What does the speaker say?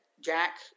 Jack